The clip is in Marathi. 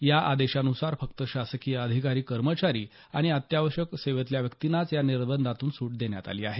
या आदेशानुसार फक्त शासकीय अधिकारी कर्मचारी आणि अत्यावश्यक सेवेतल्या व्यक्तींनाच या निर्बंधातून सूट देण्यात आली आहे